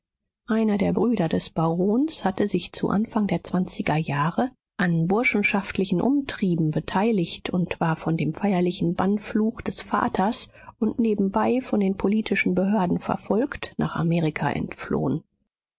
einer der brüder des barons hatte sich zu anfang der zwanziger jahre an burschenschaftlichen umtrieben beteiligt und war von dem feierlichen bannfluch des vaters und nebenbei von den politischen behörden verfolgt nach amerika entflohen